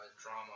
drama